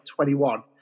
21